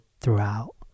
throughout